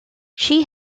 she